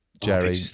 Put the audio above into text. Jerry